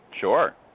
sure